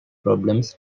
problems